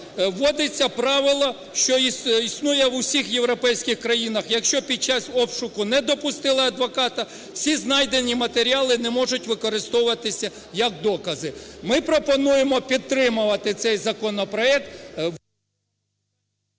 вводиться правило, що існує у всіх європейських країнах. Якщо під час обшуку не допустили адвоката, всі знайдені матеріали не можуть використовуватись як докази. Ми пропонуємо підтримувати цей законопроект.